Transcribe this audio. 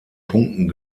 punkten